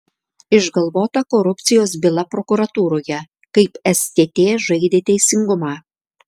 išgalvota korupcijos byla prokuratūroje kaip stt žaidė teisingumą